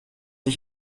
ich